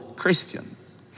Christians